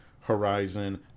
Horizon